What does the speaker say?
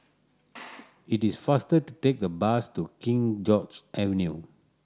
it is faster to take the bus to King George's Avenue